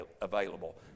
available